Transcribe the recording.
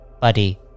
Buddy